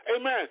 amen